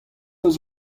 eus